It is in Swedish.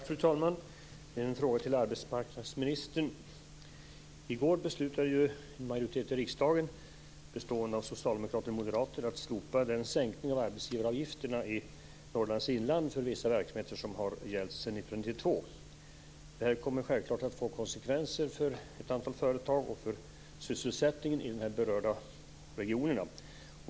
Fru talman! Jag har en fråga till arbetsmarknadsministern. I går beslutade en majoritet i riksdagen, bestående av socialdemokrater och moderater, att slopa de sänkta arbetsgivaravgifterna för vissa verksamheter i Norrlands inland som gällt sedan 1992. Detta kommer självfallet att få konsekvenser för ett antal företag och för sysselsättningen i de berörda regionerna.